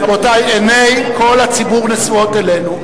רבותי, עיני כל הציבור נשואות אלינו.